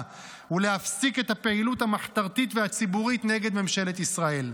ולהפסיק את הפעילות המחתרתית והציבורית נגד ממשלת ישראל,